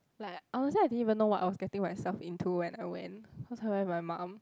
like honestly I didn't even know what I was getting myself into when I went cause I went with my mum